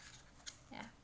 ya